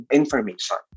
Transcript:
information